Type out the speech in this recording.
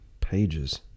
pages